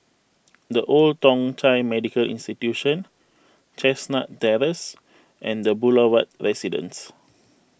the Old Thong Chai Medical Institution Chestnut Terrace and the Boulevard Residence